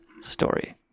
story